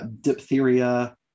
diphtheria